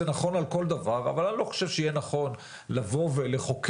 זה נכון על כל דבר אבל אני לא חושב שיהיה נכון לבוא ולחוקק,